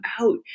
out